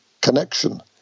connection